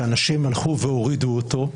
שאנשים הלכו והורידו אותו.